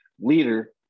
leader